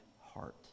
heart